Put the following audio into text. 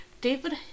David